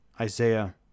Isaiah